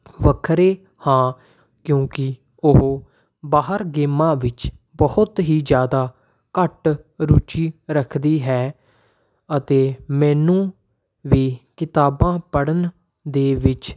ਵੱਖਰੇ ਹਾਂ ਕਿਉਂਕਿ ਉਹ ਬਾਹਰ ਗੇਮਾਂ ਵਿੱਚ ਬਹੁਤ ਹੀ ਜ਼ਿਆਦਾ ਘੱਟ ਰੁਚੀ ਰੱਖਦੀ ਹੈ ਅਤੇ ਮੈਨੂੰ ਵੀ ਕਿਤਾਬਾਂ ਪੜ੍ਹਨ ਦੇ ਵਿੱਚ